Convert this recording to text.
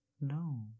No